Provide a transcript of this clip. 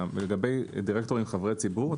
אתה מדבר לגבי דירקטורים חברי ציבור,